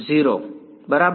0 બરાબર